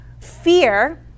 Fear